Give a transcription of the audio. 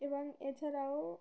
এবং এছাড়াও